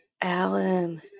Alan